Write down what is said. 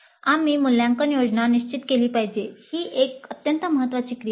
आम्ही मूल्यांकन योजना निश्चित केली पाहिजे ही एक अत्यंत महत्वाची क्रिया आहे